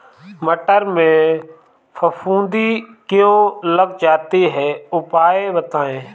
मटर में फफूंदी क्यो लग जाती है उपाय बताएं?